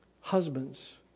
Husbands